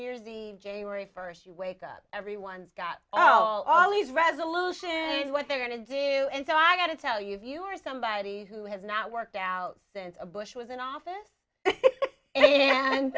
year's eve january first you wake up everyone's got oh all these resolutions what they're going to do and so i got to tell you if you are somebody who has not worked out since bush was in office and